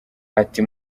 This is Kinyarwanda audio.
ati